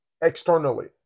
externally